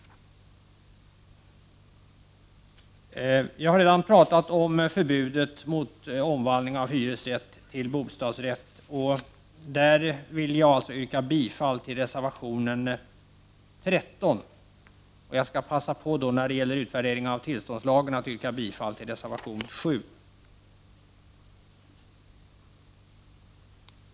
Jag har redan talat om förbudet mot omvandling av hyresrätt till bostadsrätt. I fråga om detta vill jag yrka bifall till reservation 13. Jag skall också passa på att yrka bifall till reservation 7 som gäller utvärdering av tillståndslagen.